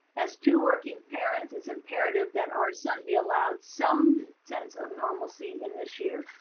as two working parents, it's imperative that our son be allowed some sense of normalcy in this year.